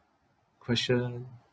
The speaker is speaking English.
question